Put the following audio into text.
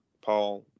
Paul